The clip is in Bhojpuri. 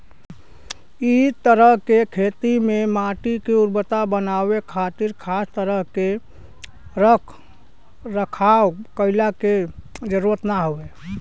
इ तरह के खेती में माटी के उर्वरता बनावे खातिर खास तरह के रख रखाव कईला के जरुरत ना हवे